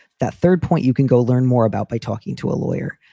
that third point you can go learn more about by talking to a lawyer.